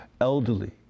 elderly